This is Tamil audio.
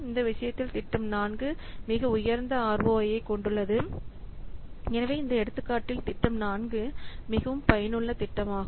இந்த விஷயத்தில் திட்டம் 4 மிக உயர்ந்த ROI ஐக் கொண்டுள்ளது இந்த எடுத்துக்காட்டில் திட்டம் 4 மிகவும் பயனுள்ள திட்டமாகும்